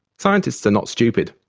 scientists are not stupid,